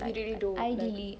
would you do like